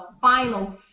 final